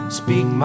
speak